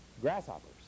grasshoppers